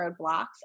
roadblocks